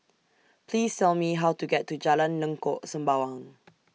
Please Tell Me How to get to Jalan Lengkok Sembawang